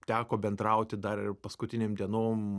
teko bendrauti dar ir paskutinėm dienom